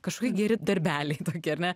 kažkokie geri darbeliai tokie ar ne